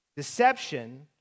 Deception